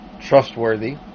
trustworthy